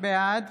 בעד